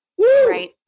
Right